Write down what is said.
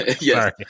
yes